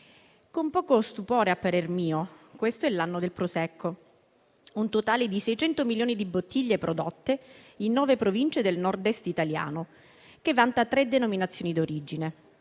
con poco stupore, a parer mio, questo è l'anno del Prosecco. Si è raggiunto un totale di 600 milioni di bottiglie prodotte in nove province del Nord-Est italiano, che vanta tre denominazioni d'origine.